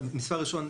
המספר הראשון,